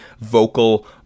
vocal